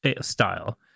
style